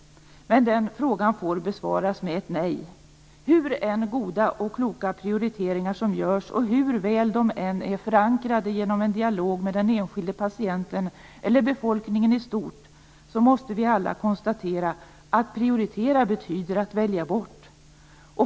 Men den frågan får besvaras med ett nej. Hur goda och kloka prioriteringar som än görs och hur väl de än är förankrade genom en dialog med den enskilda patienten eller befolkningen i stort måste vi alla konstatera: Att prioritera betyder att välja bort.